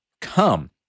come